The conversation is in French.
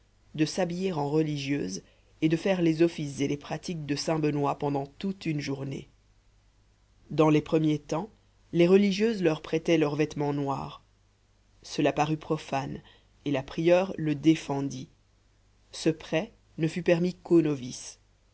de s'habiller en religieuses et de faire les offices et les pratiques de saint benoît pendant toute une journée dans les premiers temps les religieuses leur prêtaient leurs vêtements noirs cela parut profane et la prieure le défendit ce prêt ne fut permis